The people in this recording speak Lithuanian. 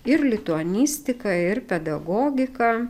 ir lituanistika ir pedagogika